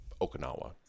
Okinawa